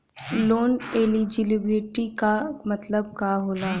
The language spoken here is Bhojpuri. लोन एलिजिबिलिटी का मतलब का होला?